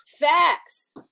Facts